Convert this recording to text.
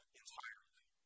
entirely